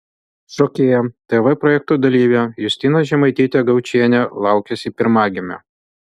šokėja tv projektų dalyvė justina žemaitytė gaučienė laukiasi pirmagimio